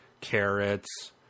carrots